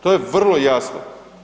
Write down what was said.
To je vrlo jasno.